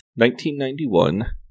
1991